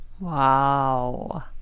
Wow